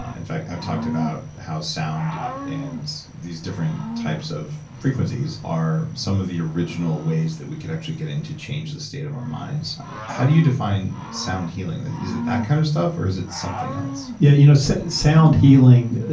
ah in fact, i've talked about how sound and these different types of frequencies are some of the original ways that we could actually get in to change the state of our minds how do you define sound healing? is it that kind of stuff, or is it something else? yes, yeah you know so sound healing,